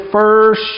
first